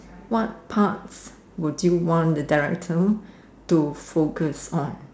what parts would you want directly so to focus on